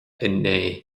inné